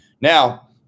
Now